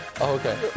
Okay